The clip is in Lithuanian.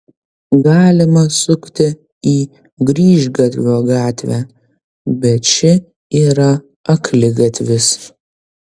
galima sukti į grįžgatvio gatvę bet ši yra akligatvis